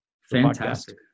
Fantastic